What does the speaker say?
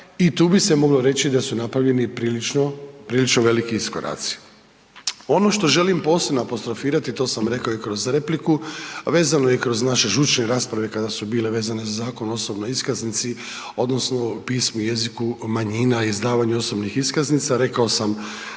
i tu bi se moglo reći da su napravljeni prilično veliki iskoraci. Ono što želim posebno apostrofirati, to sam rekao i kroz repliku, a vezano je kroz naše žučne rasprave kada su bile vezane za Zakon o osobnoj iskaznici, odnosno pismu i jeziku manjina i izdavanju osobnih iskaznica, rekao sam